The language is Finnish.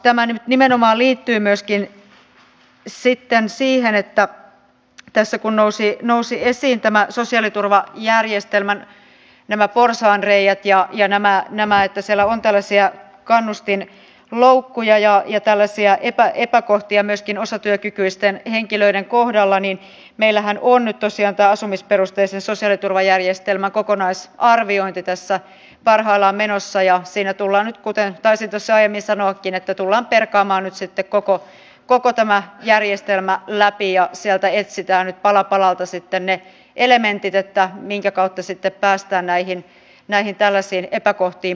tämä nimenomaan liittyy myöskin sitten siihen että tässä kun nousivat esiin nämä sosiaaliturvajärjestelmän porsaanreiät ja nämä että siellä on kannustinloukkuja ja epäkohtia myöskin osatyökykyisten henkilöiden kohdalla niin meillähän on nyt tosiaan tämä asumisperusteisen sosiaaliturvajärjestelmän kokonaisarviointi parhaillaan menossa ja siinä tullaan kuten taisin tuossa aiemmin sanoakin perkaamaan koko tämä järjestelmä läpi ja sieltä etsitään pala palalta ne elementit minkä kautta päästään tällaisiin epäkohtiin puuttumaan